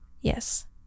Yes